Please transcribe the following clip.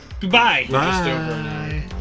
Goodbye